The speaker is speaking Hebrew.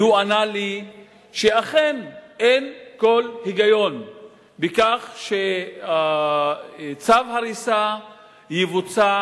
והוא ענה לי שאכן אין כל היגיון בכך שצו ההריסה יבוצע